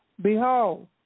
Behold